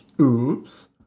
Oops